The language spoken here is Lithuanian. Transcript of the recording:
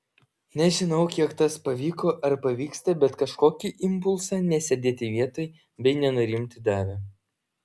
nežinau kiek tas pavyko ar pavyksta bet kažkokį impulsą nesėdėti vietoj bei nenurimti davė